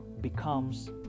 becomes